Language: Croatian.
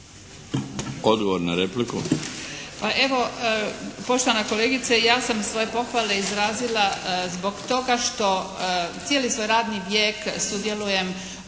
Odgovor na repliku.